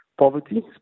poverty